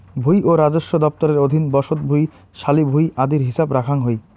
ভুঁই ও রাজস্ব দফতরের অধীন বসত ভুঁই, শালি ভুঁই আদির হিছাব রাখাং হই